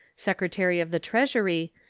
secretary of the treasury,